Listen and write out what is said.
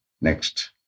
Next